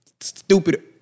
stupid